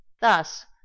Thus